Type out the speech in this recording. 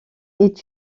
est